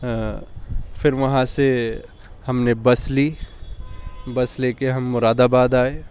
پھر وہاں سے ہم نے بس لی بس لے کے ہم مراد آباد آئے